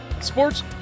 sports